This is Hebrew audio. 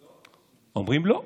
הם אומרים: לא.